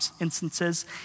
instances